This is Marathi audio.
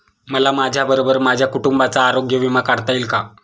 मला माझ्याबरोबर माझ्या कुटुंबाचा आरोग्य विमा काढता येईल का?